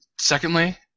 Secondly